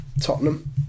Tottenham